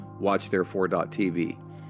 watchtherefore.tv